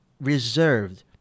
reserved